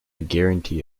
guarantee